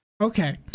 Okay